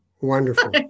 Wonderful